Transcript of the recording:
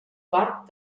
part